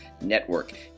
Network